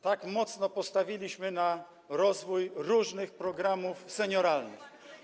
tak mocno postawiliśmy na rozwój różnych programów senioralnych.